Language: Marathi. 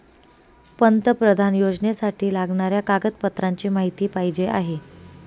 पंतप्रधान योजनेसाठी लागणाऱ्या कागदपत्रांची माहिती पाहिजे आहे